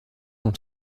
dans